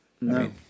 No